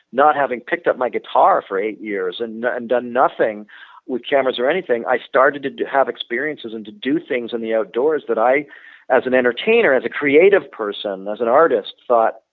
not having picked up my guitar for eight years and don't and nothing with cameras or anything, i started to have experiences and to do things in the outdoors that i as an entertainer, as a creative person, as an artist, thought,